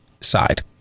side